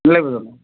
নালাগিব জানো